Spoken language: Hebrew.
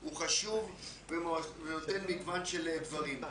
הם חשובים ונותנים מגוון של דברים.